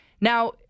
Now